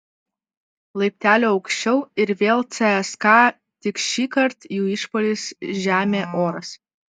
laipteliu aukščiau ir vėl cska tik šįkart jų išpuolis žemė oras